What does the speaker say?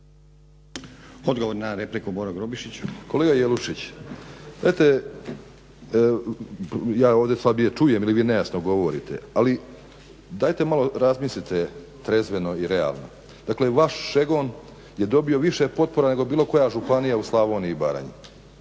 **Grubišić, Boro (HDSSB)** Kolega Jelušić dajte, ja ovdje slabije čujem ili vi nejasno govorite, ali dajte malo razmislite trezveno i realno. Dakle vaš Šegon je dobio više potpora nego bilo koja županija u Slavoniji i Baranji,